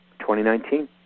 2019